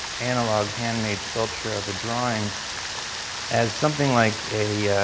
analog handmade sculpture of a drawing as something like a